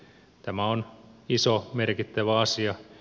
tämä on iso merkittävä asia